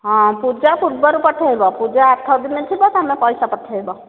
ହଁ ପୂଜା ପୂର୍ବରୁ ପଠାଇବ ପୂଜା ଆଠ ଦିନ ଥିବ ତୁମେ ପଇସା ପଠାଇବ